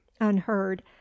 unheard